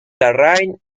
larraín